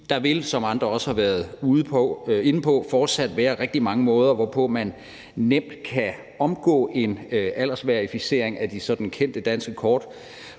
Der vil, som andre også har været inde på, fortsat være rigtig mange måder, hvorpå man nemt kan omgå en aldersverificering af de kendte danske kort,